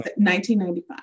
1995